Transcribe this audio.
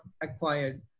acquired